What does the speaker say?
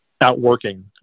outworking